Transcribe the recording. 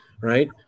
right